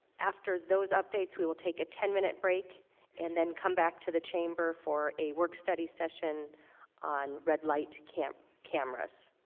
after those updates, we will take a ten minute break and then come back to the chamber for a work study session on red light cameras.